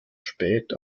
spät